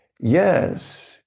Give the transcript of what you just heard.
Yes